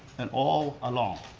and all alone,